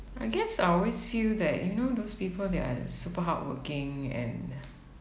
I guess I always feel that you know those people that are super hardworking and